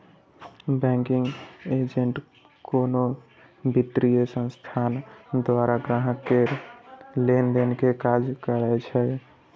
banking agent कोनो वित्तीय संस्थान द्वारा ग्राहक केर लेनदेन के काज करै छै